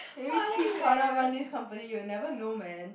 maybe T's father run this company you never know man